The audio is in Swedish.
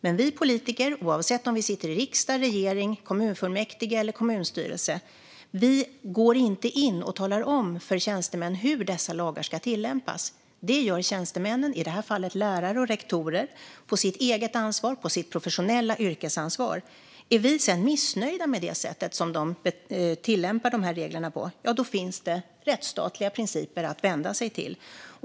Men vi politiker - oavsett om vi sitter i riksdag, regering, kommunfullmäktige eller kommunstyrelse - går inte in och talar om för tjänstemän hur dessa lagar ska tillämpas. Det gör tjänstemännen, i det här fallet lärare och rektorer, på sitt eget ansvar - sitt professionella yrkesansvar. Är vi sedan missnöjda med det sätt man tillämpar reglerna på finns det rättsstatliga principer att vända sig till.